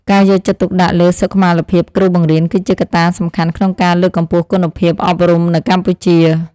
ការយកចិត្តទុកដាក់លើសុខុមាលភាពគ្រូបង្រៀនគឺជាកត្តាសំខាន់ក្នុងការលើកកម្ពស់គុណភាពអប់រំនៅកម្ពុជា។